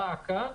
דא עקא,